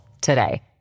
today